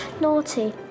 naughty